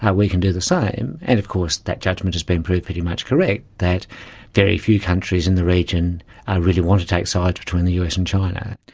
ah we can do the same. and of course that judgement has been proved pretty much correct, that very few countries in the region ah really want to take sides between the us and china.